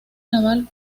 naval